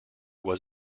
was